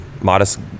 modest